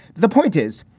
the point is,